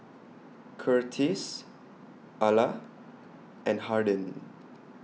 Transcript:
Curtiss Arla and Harden